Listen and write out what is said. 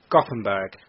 Gothenburg